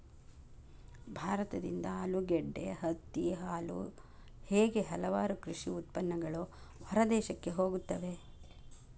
ಭಾರತದಿಂದ ಆಲೂಗಡ್ಡೆ, ಹತ್ತಿ, ಹಾಲು ಹೇಗೆ ಹಲವಾರು ಕೃಷಿ ಉತ್ಪನ್ನಗಳು ಹೊರದೇಶಕ್ಕೆ ಹೋಗುತ್ತವೆ